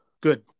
Good